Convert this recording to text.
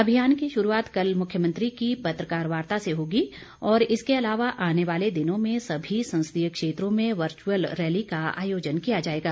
अभियान की शुरूआत कल मुख्यमंत्री की पत्रकार वार्ता से होगी और इसके अलावा आने वाले दिनों में सभी संसदीय क्षेत्रों में वर्चुअल रैली का आयोजन किया जाएगा